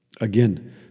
Again